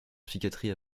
psychiatrie